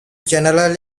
general